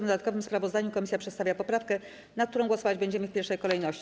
W dodatkowym sprawozdaniu komisja przedstawia poprawkę, nad którą głosować będziemy w pierwszej kolejności.